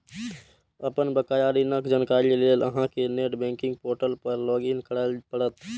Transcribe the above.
अपन बकाया ऋणक जानकारी लेल अहां कें नेट बैंकिंग पोर्टल पर लॉग इन करय पड़त